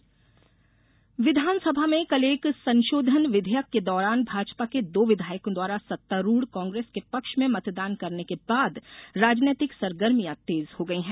भाजपा कांग्रेस बैठक विधानसभा में कल एक संशोधन विधेयक के दौरान भाजपा के दो विधायकों द्वारा सत्तारूढ़ कांग्रेस के पक्ष में मतदान करने के बाद राजनैतिक सरगर्मियां तेज हो गई हैं